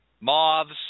moths